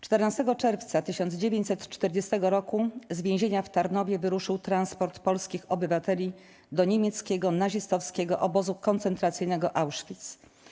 14 czerwca 1940 r. z więzienia w Tarnowie wyruszył transport polskich obywateli do niemieckiego nazistowskiego obozu koncentracyjnego Auschwitz.